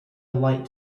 light